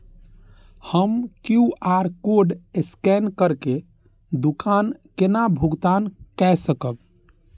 हम QR code scan करके दुकान केना भुगतान काय सकब?